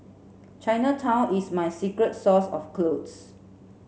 Chinatown is my secret source of clothes